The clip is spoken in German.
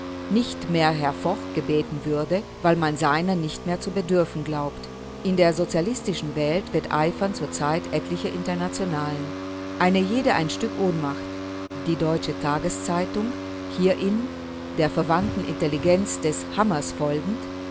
nicht mehr herr foch gebeten würde weil man seiner nicht mehr zu bedürfen glaubt in der sozialistischen welt wetteifern zurzeit etliche internationalen eine jede ein stück ohnmacht die deutsche tageszeitung hierin der verwandten intelligenz des hammers folgend